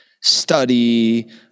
study